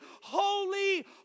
holy